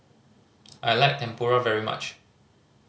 I like Tempura very much